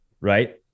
Right